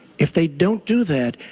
if they don't do that,